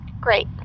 Great